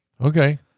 Okay